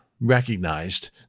recognized